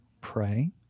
pray